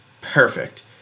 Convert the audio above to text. perfect